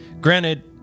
granted